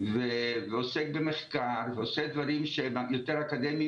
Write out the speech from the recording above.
ועוסק במחקר ועושה דברים שהם יותר אקדמיים,